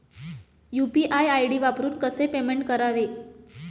UPI ID वापरून कसे payment करावे?